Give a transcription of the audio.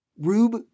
Rube